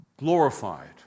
glorified